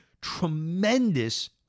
tremendous